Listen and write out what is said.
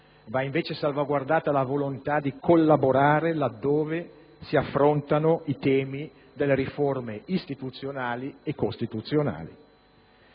va invece salvaguardata la volontà di collaborare laddove si affrontano i temi delle riforme istituzionali e costituzionali;